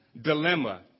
dilemma